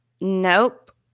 Nope